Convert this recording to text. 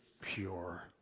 pure